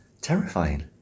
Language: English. terrifying